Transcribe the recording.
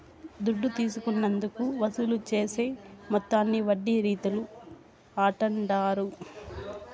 దుడ్డు తీసుకున్నందుకు వసూలు చేసే మొత్తాన్ని వడ్డీ రీతుల అంటాండారు